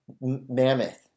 Mammoth